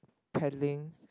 paddling